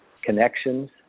connections